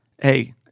Hey